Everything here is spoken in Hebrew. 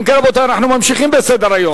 אם כן, רבותי, אנחנו ממשיכים בסדר-היום.